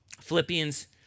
Philippians